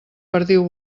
perdiu